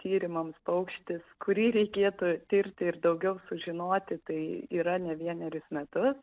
tyrimams paukštis kurį reikėtų tirti ir daugiau sužinoti tai yra ne vienerius metus